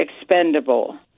expendable